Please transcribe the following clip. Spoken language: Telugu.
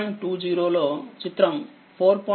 20లో చిత్రం 4